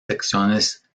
secciones